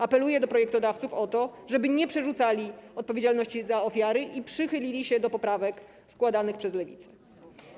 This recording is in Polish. Apeluję do projektodawców o to, żeby nie przerzucali odpowiedzialności na ofiary i przychylili się do poprawek składanych przez Lewicę.